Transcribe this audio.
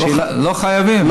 לא חייבים.